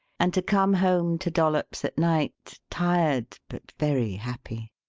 and to come home to dollops at night tired, but very happy.